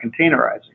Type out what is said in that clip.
containerizing